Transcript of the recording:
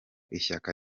ishyaka